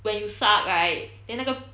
when you suck right then 那个